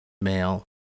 male